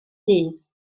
dydd